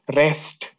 rest